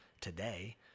today